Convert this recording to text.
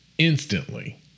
Instantly